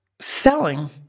selling